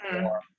more